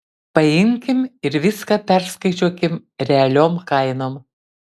paimkim ir viską perskaičiuokim realiom kainom